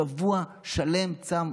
שבוע שלם צם.